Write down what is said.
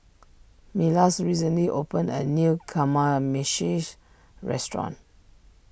Milas recently opened a new Kamameshi restaurant